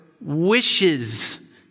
wishes